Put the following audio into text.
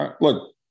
Look